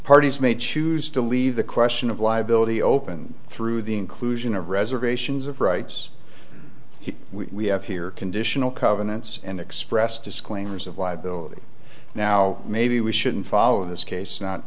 parties may choose to leave the question of liability open through the inclusion of reservations of rights he we have here conditional covenants and expressed disclaimers of liability now maybe we shouldn't follow this case not